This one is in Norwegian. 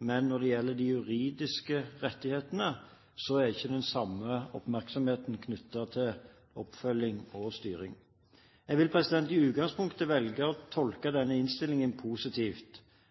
men når det gjelder de juridiske rettighetene, er det ikke den samme oppmerksomheten knyttet til oppfølging og styring. Jeg vil i utgangspunktet velge å tolke denne innstillingen positivt